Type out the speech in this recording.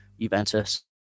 Juventus